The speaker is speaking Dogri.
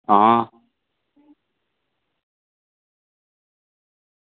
हां